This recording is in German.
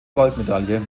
goldmedaille